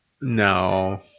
No